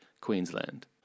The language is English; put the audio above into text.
Queensland